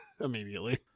immediately